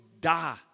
die